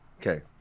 Okay